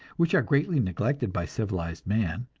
which are greatly neglected by civilized man.